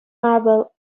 marvel